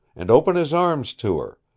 and open his arms to her,